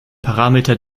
parameter